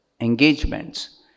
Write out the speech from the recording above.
engagements